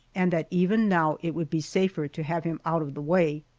and that even now it would be safer to have him out of the way.